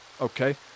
okay